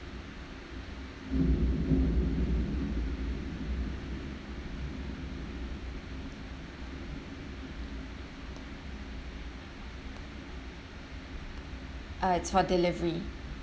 uh it's for delivery